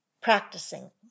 Practicing